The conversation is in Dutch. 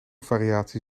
variatie